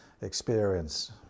experience